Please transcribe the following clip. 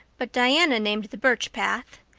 but diana named the birch path.